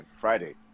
Friday